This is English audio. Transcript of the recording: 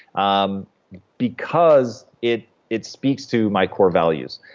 um because it it speaks to my core values.